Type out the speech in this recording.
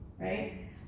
right